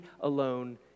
alone